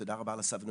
תודה רבה על הסבלנות,